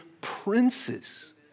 princes